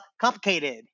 complicated